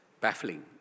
baffling